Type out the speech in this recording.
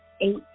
Eight